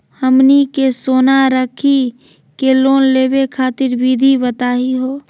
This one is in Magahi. हमनी के सोना रखी के लोन लेवे खातीर विधि बताही हो?